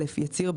יצהיר,